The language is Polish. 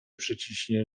przyciśnie